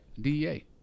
DEA